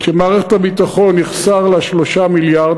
כשמערכת הביטחון יחסרו לה 3 מיליארד,